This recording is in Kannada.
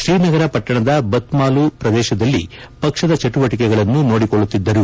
ಶ್ರೀನಗರ ಪಟ್ಟಣದ ಬತ್ಮಾಲೂ ಪ್ರದೇಶದಲ್ಲಿ ಪಕ್ಷದ ಚಟುವಟಿಕೆಗಳನ್ನು ನೋಡಿಕೊಳ್ಳುತ್ತಿದ್ದರು